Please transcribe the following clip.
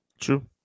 True